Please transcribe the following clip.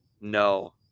no